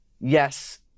yes